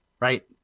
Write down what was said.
right